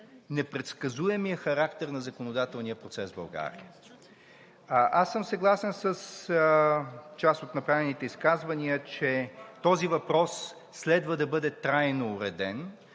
непредсказуемият характер на законодателния процес в България. Съгласен съм с част от направените изказвания, че този въпрос следва да бъде трайно уреден.